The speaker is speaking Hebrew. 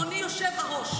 אדוני יושב הראש.